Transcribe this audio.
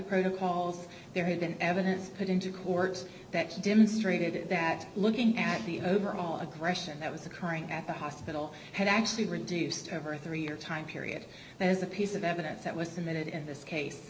protocols there have been evidence put into court that he demonstrated that looking at the overall aggression that was occurring at the hospital had actually reduced over a three year time period there's a piece of evidence that was committed in this case